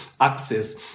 access